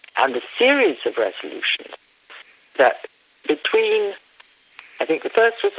um the series of resolutions that between i think the first